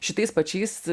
šitais pačiais